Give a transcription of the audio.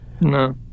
No